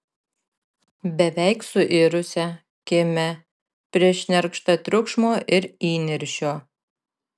beveik suirusią kimią prišnerkštą triukšmo ir įniršio